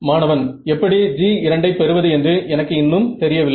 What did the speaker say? மாணவன் எப்படி G2 வை பெறுவது என்று எனக்கு இன்னும் தெரியவில்லை